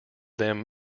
them